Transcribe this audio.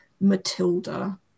Matilda